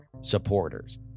supporters